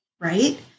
right